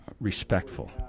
respectful